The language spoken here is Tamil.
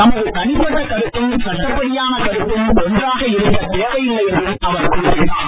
தமது தனிப்பட்ட கருத்தும் சட்டப்படியான கருத்தும் ஒன்றாக இருக்கத் தேவையில்லை என்றும் அவர் குறிப்பிட்டார்